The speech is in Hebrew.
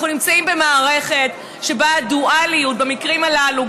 אנחנו נמצאים במערכת שבה הדואליות במקרים הללו,